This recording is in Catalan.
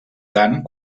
tant